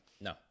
No